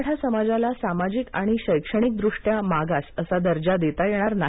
मराठा समाजाला सामाजिक आणि शैक्षणिकदृष्ट्या मागास असा दर्जा देता येणार नाही